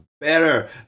better